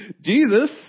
jesus